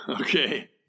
Okay